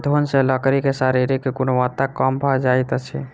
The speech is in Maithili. घुन सॅ लकड़ी के शारीरिक गुणवत्ता कम भ जाइत अछि